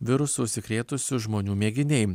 virusu užsikrėtusių žmonių mėginiai